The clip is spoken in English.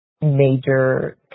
major